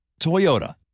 Toyota